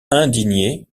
indigné